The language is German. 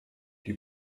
die